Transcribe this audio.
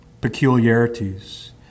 peculiarities